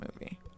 movie